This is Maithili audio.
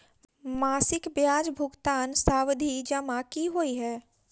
मासिक ब्याज भुगतान सावधि जमा की होइ है?